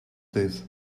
this